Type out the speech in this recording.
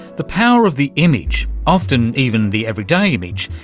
the power of the image, often even the everyday image,